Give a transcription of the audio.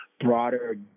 broader